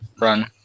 Run